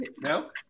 No